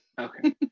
Okay